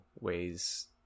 ways